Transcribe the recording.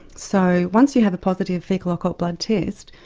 so once you have a positive faecal occult blood test,